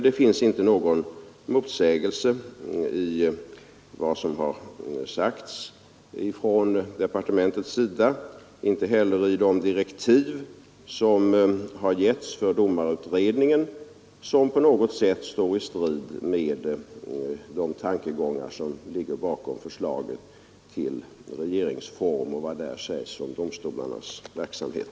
Det finns inte i vad som har sagts från departementet och inte heller i de direktiv som har getts för domarutredningens arbete något som på något sätt står i strid med de tankegångar vilka ligger bakom det som i förslaget till regeringsform skrivs om domstolarnas verksamhet.